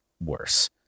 worse